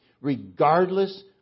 regardless